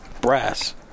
brass